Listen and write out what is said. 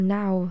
now